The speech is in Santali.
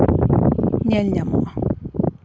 ᱧᱮᱞ ᱧᱟᱢᱚᱜᱼᱟ